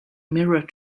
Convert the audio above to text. mirror